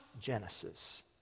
Genesis